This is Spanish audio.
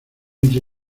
entre